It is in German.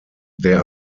der